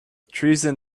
treason